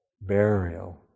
burial